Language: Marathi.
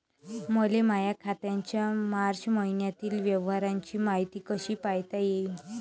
मले माया खात्याच्या मार्च मईन्यातील व्यवहाराची मायती कशी पायता येईन?